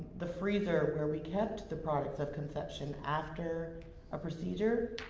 the freezer, where we kept the products of conception after a procedure.